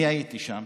אני הייתי שם